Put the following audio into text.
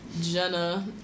Jenna